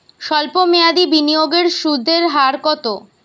সল্প মেয়াদি বিনিয়োগের সুদের হার কত?